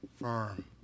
firm